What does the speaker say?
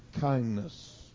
kindness